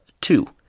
Two